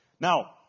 Now